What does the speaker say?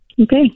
Okay